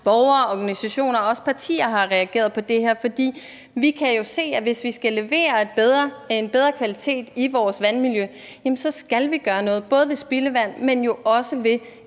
borgere, organisationer og også partier har reageret på det her, for vi kan jo se, at hvis vi skal levere bedre kvalitet i forhold til vores vandmiljø, skal vi gøre noget, både ved spildevandet, men jo også ved